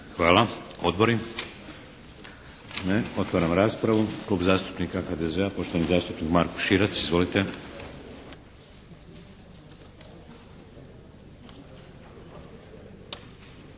Hvala. Odbori? Ne. Otvaram raspravu. Klub zastupnika HDZ-a, poštovani zastupnik Marko Širac. Izvolite.